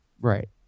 Right